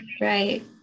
right